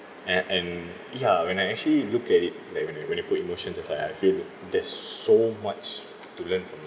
and and ya when I actually looked at it like when you when you put emotions aside I feel there's so much to learn from it